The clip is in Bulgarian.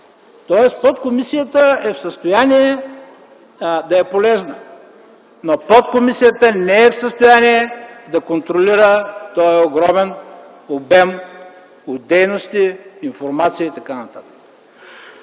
Тоест, подкомисията е в състояние да е полезна. Но подкомисията не е в състояние да контролира този огромен обем от дейности, информация и т. н.